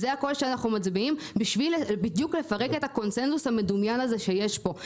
זה הקול שאנחנו משמיעים בדיוק כדי לפרק את הקונצנזוס המדומיין שיש פה.